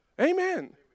Amen